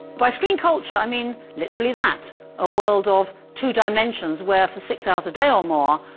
by screen culture, i mean literally that a world of two dimensions where for six hours a day or more,